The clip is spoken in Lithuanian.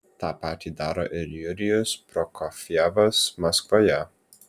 tą patį daro ir jurijus prokofjevas maskvoje